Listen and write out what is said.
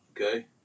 okay